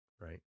right